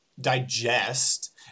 digest